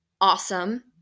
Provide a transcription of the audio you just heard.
awesome